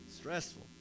stressful